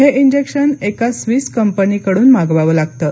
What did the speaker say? हे इंजेक्शन एका स्विस कंपनीकडून मागवावं लागतं